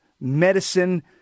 medicine